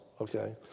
okay